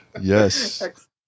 Yes